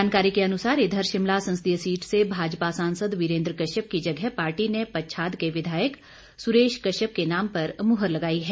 जानकारी के अनुसार इधर शिमला संसदीय सीट से भाजपा सांसद वीरेंद्र कश्यप की जगह पार्टी ने पच्छाद के विधायक सुरेश कश्यप के नाम पर मुहर लगाई है